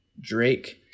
Drake